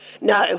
no